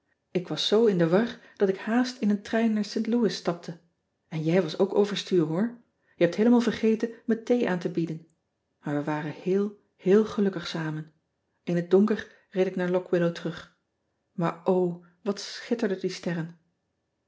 k was zoo in de war dat ik haast in een trein naar t ouis stapte n jij was ook overstuur hoor e hebt heelemaal vergeten me thee aan te bieden aar we waren heel heel gelukkig samen n het donker reed ik naar ock illow terug aar o wat schitterden die